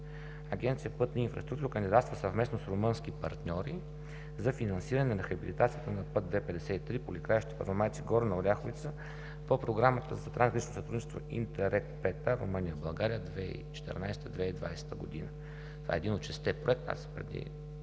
Агенция „Пътна инфраструктура“ кандидатства съвместно с румънски партньори за финансиране на рехабилитацията на „Път II-53 Поликраище – Първомайци – Горна Оряховица“ по Програмата за трансгранично сътрудничество Интеррег V-А Румъния – България 2014 – 2020 г. Това е един от шестте проекта, преди